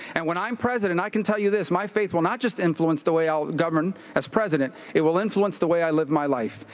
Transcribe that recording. and when i'm president, i can tell you this, my faith will not just influence the way i'll govern as president, it will influence the way i live my life.